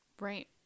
right